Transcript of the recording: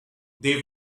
they